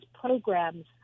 programs